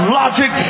logic